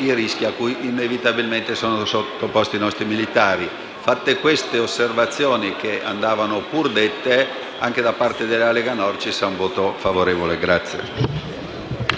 dai rischi cui inevitabilmente sono sottoposti i nostri militari. Fatte queste osservazioni, che andavano pur dette, anche da parte della Lega Nord ci sarà un voto favorevole.